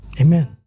Amen